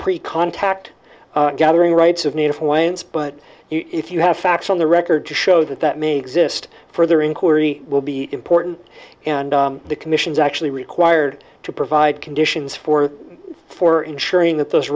pre contact gathering rights of native hawaiians but if you have facts on the record to show that that may exist further inquiry will be important and the commission's actually required to provide conditions for for ensuring that those